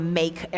make